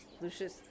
Lucius